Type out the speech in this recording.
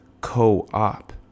Co-op